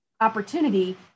opportunity